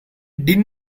did